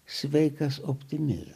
sveikas optimizmas